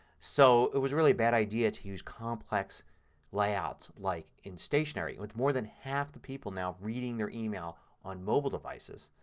so it was really a bad idea to use complex layouts like in stationery with more than half the people now reading their email on mobile devices.